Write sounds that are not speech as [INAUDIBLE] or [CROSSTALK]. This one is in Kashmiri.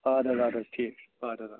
ادٕ حظ ادٕ حظ ٹھیٖک چھُ [UNINTELLIGIBLE]